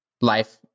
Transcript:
life